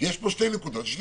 יש פה שתי נקודות: (1)